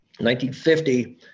1950